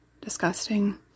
disgusting